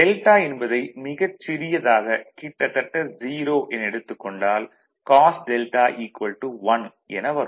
δ என்பதை மிகச் சிறியதாக கிட்டத்தட்ட 0 என எடுத்துக் கொண்டால் காஸ் δ cos δ 1 என வரும்